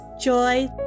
joy